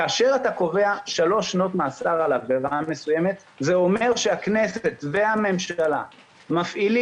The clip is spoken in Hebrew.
כאשר אתה קובע 3 שנות מאסר על עבירה מסוימת זה אומר שהכנסת והממשלה מפעילים